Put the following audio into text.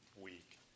week